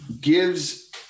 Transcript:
gives